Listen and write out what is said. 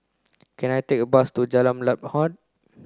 can I take a bus to Jalan Lam Huat